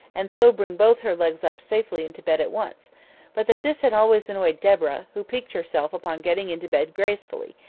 and so bring both her legs up safely into bed at once but that this had always annoyed deborah, who piqued herself upon getting into bed gracefully,